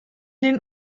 den